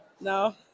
No